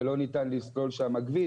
ולא ניתן לסלול שם כביש,